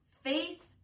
Faith